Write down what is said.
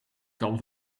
kan